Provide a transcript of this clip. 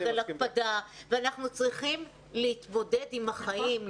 על הפקדה ואנחנו צריכים להתמודד עם החיים,